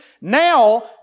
Now